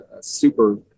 super